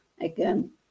again